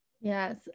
Yes